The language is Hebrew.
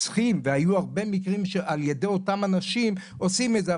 צריכים והיו הרבה מאוד מקרים שעל ידי אותם האנשים עושים את זה.